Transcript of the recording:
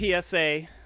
PSA